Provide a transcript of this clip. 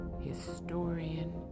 historian